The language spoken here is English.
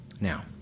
Now